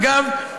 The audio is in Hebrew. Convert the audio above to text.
אגב,